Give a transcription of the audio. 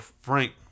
Frank